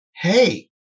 hey